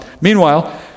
Meanwhile